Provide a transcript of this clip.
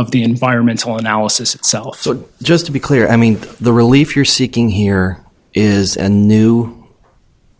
of the environmental analysis itself so just to be clear i mean the relief you're seeking here is and new